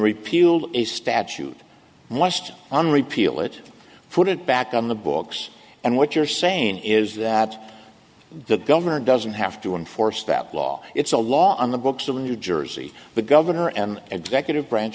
repealed a statute must on repeal it put it back on the books and what you're saying is that the governor doesn't have to enforce that law it's a law on the books of new jersey the governor and executive branch